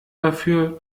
dafür